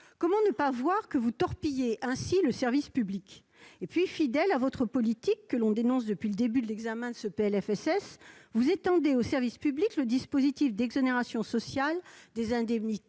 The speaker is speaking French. Comment ne pas voir que vous torpillez ainsi le service public ? Fidèles à votre politique, que nous dénonçons depuis le début de l'examen de ce PLFSS, vous étendez au secteur public le dispositif d'exonération sociale des indemnités